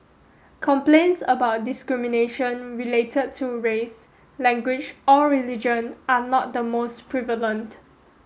complaints about discrimination related to race language or religion are not the most prevalent